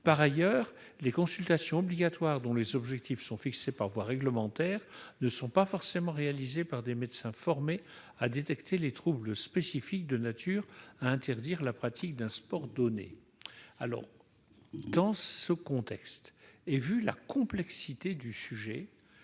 Par ailleurs, les consultations obligatoires, dont les objectifs sont fixés par voie réglementaire, ne sont pas forcément réalisées par des médecins formés à détecter les troubles spécifiques de nature à interdire la pratique d'un sport donné. Dans ce contexte, et vu la complexité du sujet,